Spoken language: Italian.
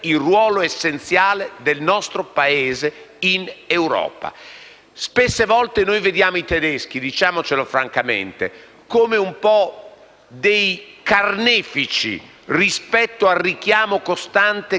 Spesso vediamo i tedeschi - diciamocelo francamente - come un po' dei carnefici, considerando il richiamo costante che essi esercitano sui conti pubblici italiani e sulla politica del rigore.